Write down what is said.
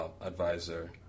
advisor